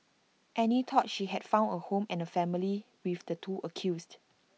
Annie thought she had found A home and A family with the two accused